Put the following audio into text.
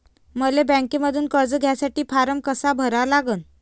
मले बँकेमंधून कर्ज घ्यासाठी फारम कसा भरा लागन?